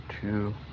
two